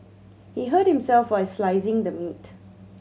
he hurt himself while slicing the meat